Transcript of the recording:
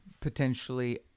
potentially